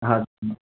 हजुर